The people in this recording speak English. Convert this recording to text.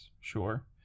sure